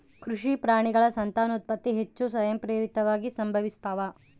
ಕೃಷಿ ಪ್ರಾಣಿಗಳ ಸಂತಾನೋತ್ಪತ್ತಿ ಹೆಚ್ಚು ಸ್ವಯಂಪ್ರೇರಿತವಾಗಿ ಸಂಭವಿಸ್ತಾವ